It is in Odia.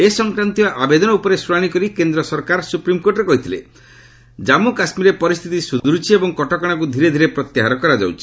ଏ ସଂକ୍ରାନ୍ତୀୟ ଆବେଦନ ଉପରେ ଶୁଣାଣି ବେଳେ କେନ୍ଦ୍ର ସରକାର ସୁପ୍ରିମ୍କୋର୍ଟରେ କହିଥିଲେ କାମ୍ମୁ କାଶ୍ମୀରରେ ପରିସ୍ଥିତି ସୁଧୁରୁଛି ଏବଂ କଟକଣାଗୁଡ଼ିକୁ ଧୀରେ ଧୀରେ ପ୍ରତ୍ୟାହାର କରାଯାଉଛି